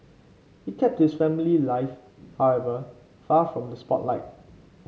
he kept his family life however far from the spotlight